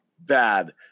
bad